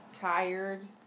tired